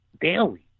daily